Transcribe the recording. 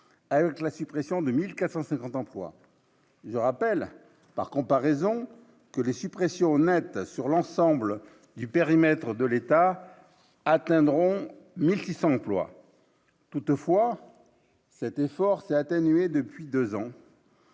alors si pression 2450 emplois je rappelle par comparaison que les suppressions nettes sur l'ensemble du périmètre de l'État atteindront 1600 donc loi toutefois s'est efforcé atténuées depuis 2 ans.